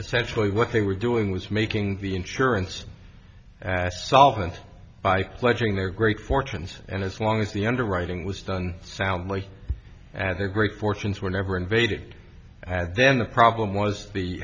essentially what they were doing was making the insurance solvent by pledging their great fortunes and as long as the underwriting was done soundly and their great fortunes were never invaded had then the problem was the